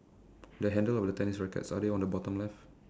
the handle of the tennis rackets are they on the bottom left